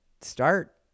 start